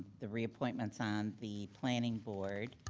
the reappointments on the planning board.